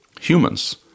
humans